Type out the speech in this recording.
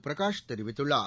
பிரகாஷ் தெரிவித்துள்ளார்